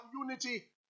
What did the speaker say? unity